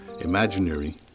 Imaginary